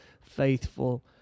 faithful